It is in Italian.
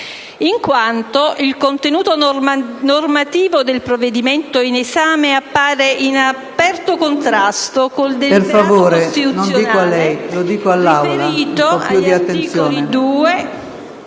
in quanto il contenuto normativo del provvedimento in esame appare in aperto contrasto col dettato costituzionale riferito agli articoli 2,